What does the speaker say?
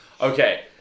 okay